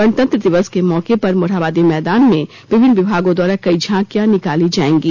गणतंत्र दिवस के मौके पर मोरहाबादी मैदान में विभिन्न विभागों द्वारा कई झांकियां निकाली जाएंगी